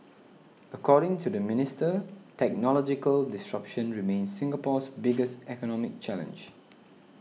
according to the minister technological disruption remains Singapore's biggest economic challenge